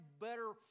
better